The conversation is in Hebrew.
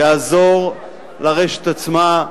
יעזור לרשת עצמה,